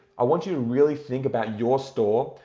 i want you to really think about your store,